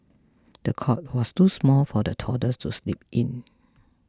the cot was too small for the toddler to sleep in